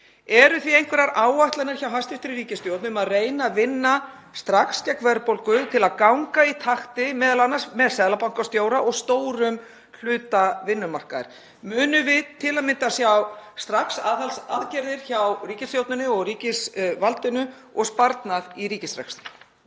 Eru einhverjar áætlanir hjá hæstv. ríkisstjórn um að reyna að vinna strax gegn verðbólgu, til að ganga í takti m.a. með seðlabankastjóra og stórum hluta vinnumarkaðar? Munum við til að mynda sjá strax aðhaldsaðgerðir hjá ríkisstjórninni og ríkisvaldinu og sparnað í ríkisrekstri?